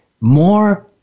more